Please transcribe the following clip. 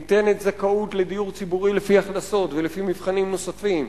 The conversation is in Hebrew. ניתנת זכאות לדיור ציבורי לפי הכנסות ולפי מבחנים נוספים,